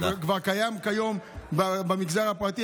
זה כבר קיים היום במגזר הפרטי.